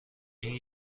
این